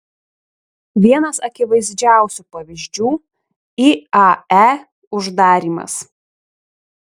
vienas akivaizdžiausių pavyzdžių iae uždarymas